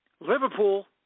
Liverpool